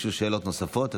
ביקשו שאלות נוספות.